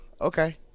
okay